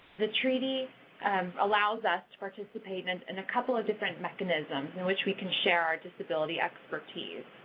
the treaty allows us to participate in and in a couple of different mechanisms in which we can share our disability expertise.